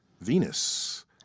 Venus